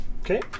Okay